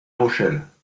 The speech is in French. rochelle